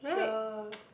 sure